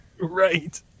Right